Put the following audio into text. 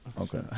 Okay